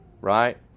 right